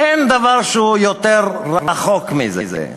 אין דבר שהוא יותר רחוק מזה,